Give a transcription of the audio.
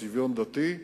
צביון דתי,